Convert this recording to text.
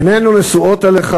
עינינו נשואות אליך